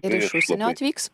ir iš užsienio atvyks